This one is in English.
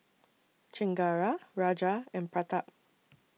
Chengara Raja and Pratap